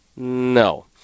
No